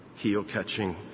Heel-catching